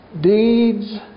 deeds